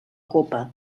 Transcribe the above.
copa